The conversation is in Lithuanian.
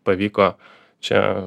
pavyko čia